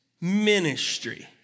ministry